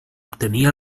obtenir